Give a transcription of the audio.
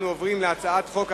אנחנו עוברים להצעת החוק הבאה,